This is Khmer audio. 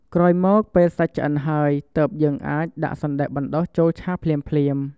ក្រោយមកពេលសាច់ឆ្អិនហើយ ទើបយើងអាចដាក់សណ្ដែកបណ្ដុះចូលឆាភ្លាមៗ។